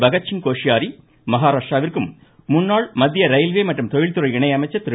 பகத்சிங் கோஷ்யாரி மகாராஷ்ட்ராவிற்கும் முன்னாள் மத்திய ரயில்வே மற்றும் தொழில்துறை இணை அமைச்சர் திரு